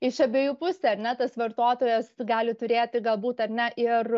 iš abiejų pusių ar ne tas vartotojas gali turėti galbūt ar ne ir